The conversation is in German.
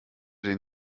den